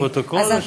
לפרוטוקול?